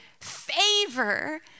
Favor